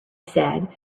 said